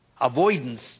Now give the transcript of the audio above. avoidance